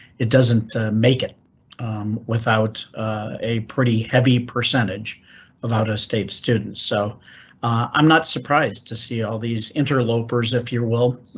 it doesn't make it without a pretty heavy percentage of out of state students, so i'm not surprised to see all these interlopers. if you will.